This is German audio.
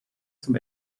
zum